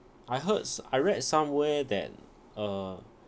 I heards I read somewhere that uh